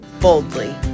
boldly